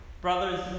Brothers